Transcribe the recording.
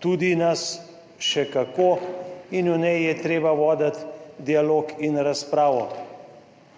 tudi nas še kako in v njej je treba voditi dialog in razpravo.